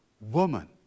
woman